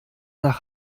nach